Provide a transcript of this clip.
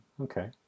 okay